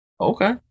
Okay